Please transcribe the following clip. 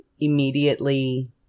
immediately